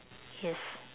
yes